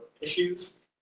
issues